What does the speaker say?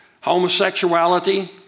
homosexuality